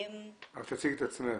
רק תציגי את עצמך.